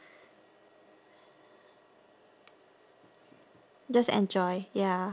just enjoy ya